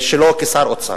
שלו כשר אוצר.